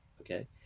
okay